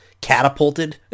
catapulted